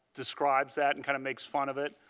describes that and kind of makes fun of it.